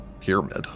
pyramid